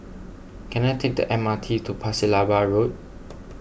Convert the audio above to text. can I take the M R T to Pasir Laba Road